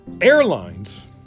Airlines